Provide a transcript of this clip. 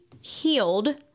healed